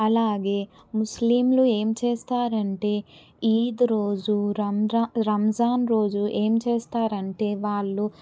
అలాగే ముస్లింలు ఏం చేస్తారంటే ఈద్ రోజు రంజాన్ రంజాన్ రోజు ఏం చేస్తారంటే వాళ్ళు